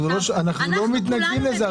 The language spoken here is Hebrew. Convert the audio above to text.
אנחנו לא מתנגדים לזה.